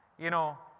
you know,